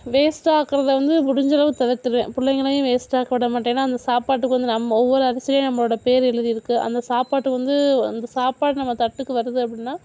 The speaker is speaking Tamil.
வேஸ்ட்டாக்கிறத வந்து முடிஞ்ச அளவுக்கு தவிர்த்திவிடுவேன் பிள்ளைங்களையும் வேஸ்ட்டாக்க விடமாட்டேன் ஏன்னால் அந்த சாப்பாட்டுக்கு வந்து நம்ம ஒவ்வொரு அரிசிலேயும் நம்மளோட பேர் எழுதி இருக்குது அந்த சாப்பாட்டுக்கு வந்து அந்த சாப்பாடு வந்து நம்ம தட்டுக்கு வருது அப்படினா